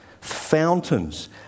Fountains